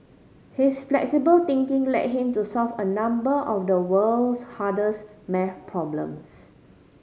his flexible thinking led him to solve a number of the world's hardest maths problems